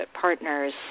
partners –